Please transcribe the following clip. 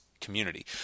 community